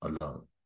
alone